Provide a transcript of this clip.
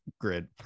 grid